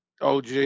OG